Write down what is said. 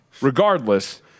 regardless